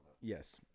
Yes